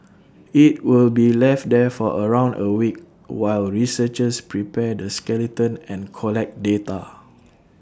IT will be left there for around A week while researchers prepare the skeleton and collect data